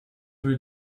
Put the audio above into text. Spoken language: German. wurde